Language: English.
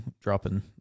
dropping